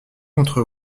contre